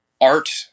art